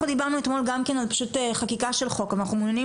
אנחנו דיברנו אתמול גם כן על חקיקת חוק ואנחנו מעוניינים